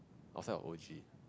outside of O_G